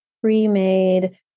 pre-made